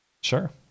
Sure